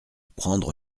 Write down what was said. prendre